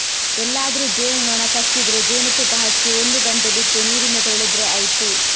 ಎಲ್ಲಾದ್ರೂ ಜೇನು ನೊಣ ಕಚ್ಚಿದ್ರೆ ಜೇನುತುಪ್ಪ ಹಚ್ಚಿ ಒಂದು ಗಂಟೆ ಬಿಟ್ಟು ನೀರಿಂದ ತೊಳೆದ್ರೆ ಆಯ್ತು